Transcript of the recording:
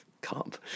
comp